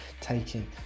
taking